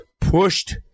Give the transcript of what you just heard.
pushed